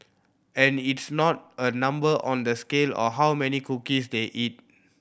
and it's not a number on the scale or how many cookies they eat